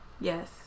Yes